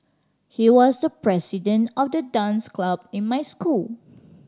he was the president of the dance club in my school